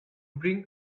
bring